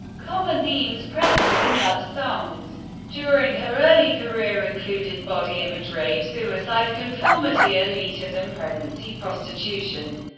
common themes present in love's songs during her early career included body image, rape, suicide, conformity, elitism, pregnancy, prostitution,